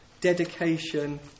dedication